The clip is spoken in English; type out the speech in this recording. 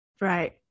Right